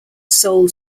soul